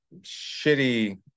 shitty